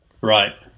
Right